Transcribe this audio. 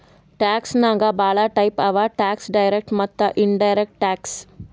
tax ನಾಗ್ ಭಾಳ type ಅವಾ ಟ್ಯಾಕ್ಸ್ ಡೈರೆಕ್ಟ್ ಮತ್ತ ಇನಡೈರೆಕ್ಟ್ ಟ್ಯಾಕ್ಸ್